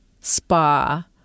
spa